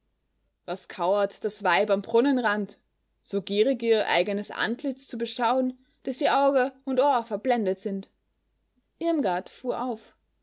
was kauert das weib am brunnenrand so gierig ihr eigenes antlitz zu beschauen daß ihr auge und ohr verblendet sind irmgard fuhr auf